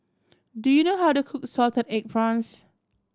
do you know how to cook salted egg prawns